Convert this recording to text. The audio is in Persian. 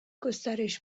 گسترش